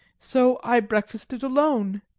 so i breakfasted alone.